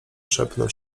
szepnął